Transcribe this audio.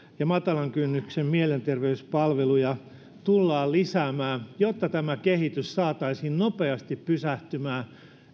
ja matalan kynnyksen mielenterveyspalveluja tullaan lisäämään jotta tämä kehitys saataisiin nopeasti pysähtymään